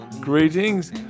Greetings